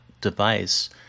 device